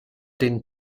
den